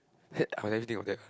hate of everything of that